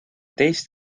teist